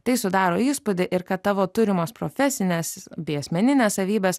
tai sudaro įspūdį ir kad tavo turimos profesinės bei asmeninės savybės